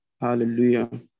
hallelujah